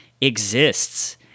exists